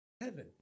Heaven